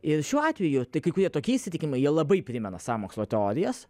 ir šiuo atveju tai kai kurie tokie įsitikinimai jie labai primena sąmokslo teorijas